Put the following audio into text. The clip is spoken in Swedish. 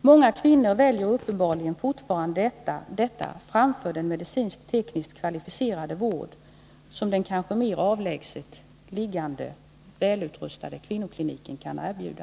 Många kvinnor väljer uppenbart fortfarande detta framför den medicinskt-tekniskt kvalificerade vård som den kanske mer avlägset liggande välutrustade kvinnokliniken kan erbjuda.